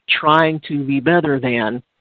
trying-to-be-better-than